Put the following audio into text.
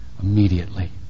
Immediately